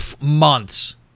months